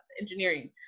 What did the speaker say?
engineering